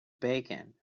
bacon